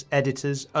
editors